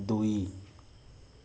ଦୁଇ